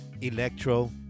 electro